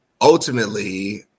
ultimately